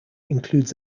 includes